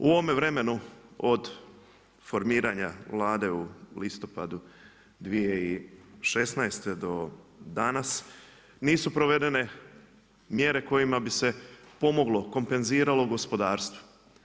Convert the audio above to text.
U ovome vremenu od formiranja Vlade u listopadu 2016. do danas nisu provedene mjere kojima bi se pomoglo, kompenziralo gospodarstvo.